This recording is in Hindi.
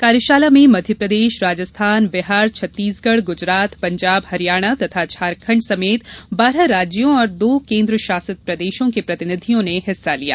कार्यशाला में मध्यप्रदेश राजस्थान बिहार छत्तीसगढ़ गुजरात पंजाब हरियाणा तथा झारखंड समेत बारह राज्यों और दो केन्द्र शासित प्रदेशों के प्रतिनिधियों ने हिस्सा लिया